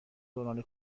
دوران